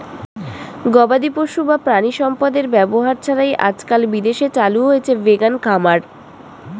গবাদিপশু বা প্রাণিসম্পদের ব্যবহার ছাড়াই আজকাল বিদেশে চালু হয়েছে ভেগান খামার